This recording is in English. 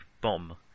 bomb